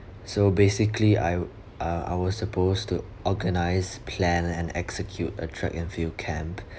so basically I wo~ uh I was supposed to organise plan and execute a track and field camp